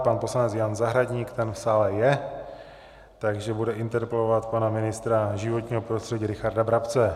Pan poslanec Jan Zahradník ten v sále je, takže bude interpelovat pana ministra životního prostředí Richarda Brabce.